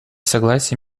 согласие